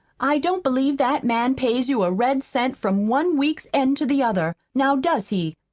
i don't believe that man pays you a red cent from one week's end to the other. now does he?